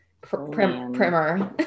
primer